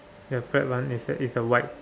ya correct one is that is the white